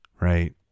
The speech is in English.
right